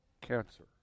Cancer